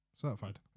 certified